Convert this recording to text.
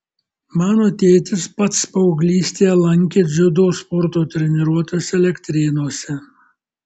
mano tėtis pats paauglystėje lankė dziudo sporto treniruotes elektrėnuose